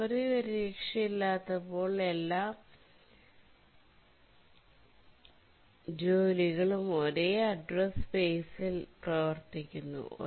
memory പരിരക്ഷയില്ലാത്തപ്പോൾ എല്ലാ ജോലികളും ഒരേ അഡ്രസ് സ്പേസിൽ പ്രവർത്തിക്കുന്നു